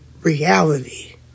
reality